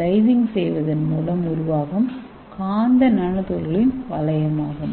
லைசிங் செய்வதன் மூலம் உருவாகும் காந்த நானோ துகள்களின் வளையமாகும்